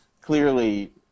clearly